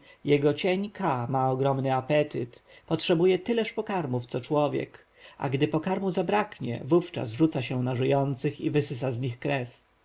jego cień ka ma ogromny apetyt potrzebuje tyleż pokarmów co człowiek a gdy pokarmu zabraknie wówczas rzuca się na żyjących i wysysa z nich krew